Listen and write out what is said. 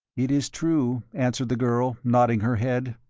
it is true, answered the girl, nodding her head.